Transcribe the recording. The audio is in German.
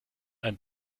ein